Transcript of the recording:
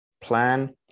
plan